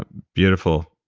ah beautiful.